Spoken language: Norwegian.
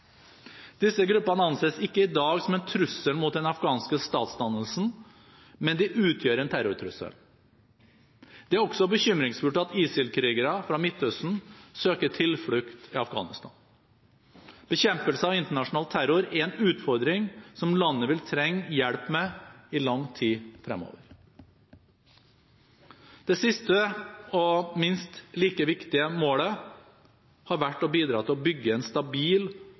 Disse gruppene anses ikke i dag som en trussel mot den afghanske statsdannelsen, men de utgjør en terrortrussel. Det er også bekymringsfullt at ISIL-krigere fra Midtøsten søker tilflukt i Afghanistan. Bekjempelse av internasjonal terror er en utfordring som landet vil trenge hjelp med i lang tid fremover. Det siste og minst like viktige målet har vært å bidra til å bygge en stabil